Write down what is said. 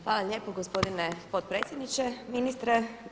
Hvala lijepo gospodine potpredsjedniče, ministre.